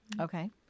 Okay